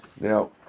Now